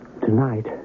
tonight